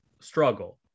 struggle